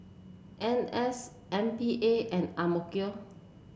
N S M P A and AMK